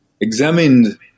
examined